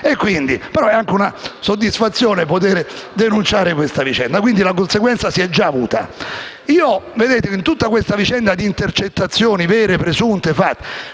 Ed è anche una soddisfazione poter denunciare questa vicenda. Quindi la conseguenza si è già avuta. In tutta la vicenda di intercettazioni, vere o presunte, vorrei